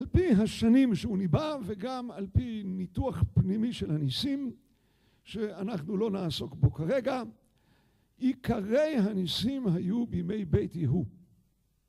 על פי השנים שהוא ניבא, וגם על פי ניתוח פנימי של הניסים שאנחנו לא נעסוק בו כרגע, עיקרי הניסים היו בימי בית יהוא.